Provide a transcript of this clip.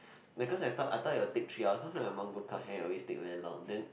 wait cause I thought I thought it'll take three hours those with longer hair will always take very long then